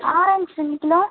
orange ரெண்டு kilo